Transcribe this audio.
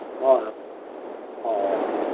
ꯍꯣꯏ ꯍꯣꯏ ꯑꯣ ꯑꯣ